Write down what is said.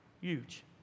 Huge